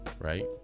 right